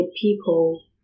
people